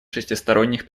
шестисторонних